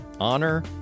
honor